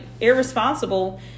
irresponsible